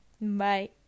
Bye